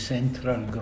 Central